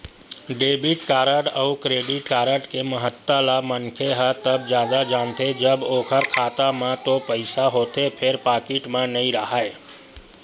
debit card अउ credit card के महत्ता ल मनखे ह तब जादा जानथे जब ओखर खाता म तो पइसा होथे फेर पाकिट म नइ राहय